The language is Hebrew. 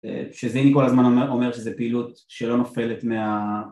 בשביל זה אני כל הזמן אומר שזו פעילות שלא נופלת מה...